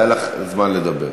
היה לך זמן לדבר.